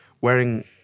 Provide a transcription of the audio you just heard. wearing